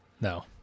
no